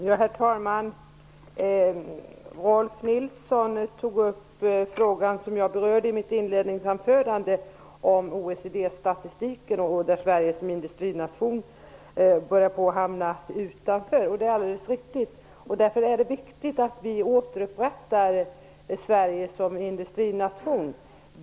Herr talman! Rolf Nilson tog upp en fråga jag berörde i mitt inledningsanförande om OECD statistiken. Det är alldeles riktigt att Sverige som industrination har börjat hamna utanför statistiken. Därför är det viktigt att vi återupprättar Sverige som industrination.